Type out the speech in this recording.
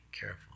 careful